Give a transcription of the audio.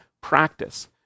practice